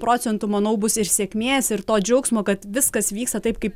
procentų manau bus ir sėkmės ir to džiaugsmo kad viskas vyksta taip kaip